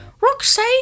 Roxy